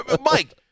Mike